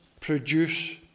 produce